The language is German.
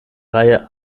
reihe